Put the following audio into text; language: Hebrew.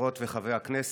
חברות וחברי הכנסת,